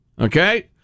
Okay